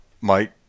Mike